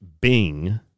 Bing